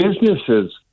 businesses